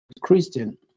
christian